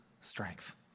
strength